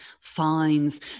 Fines